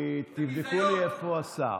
תשב, בבקשה.